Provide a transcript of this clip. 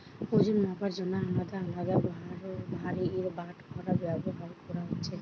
ওজন মাপার জন্যে আলদা আলদা ভারের বাটখারা ব্যাভার কোরা হচ্ছে